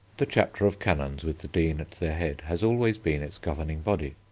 the chapter of canons with the dean at their head has always been its governing body.